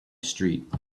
street